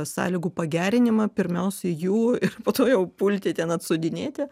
sąlygų pagerinimą pirmiausiai jų ir po to jau pulti ten atsodinėti